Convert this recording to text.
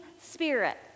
Spirit